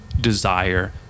desire